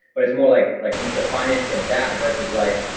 but it's more like like into finances of that versus like,